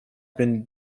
been